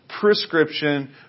prescription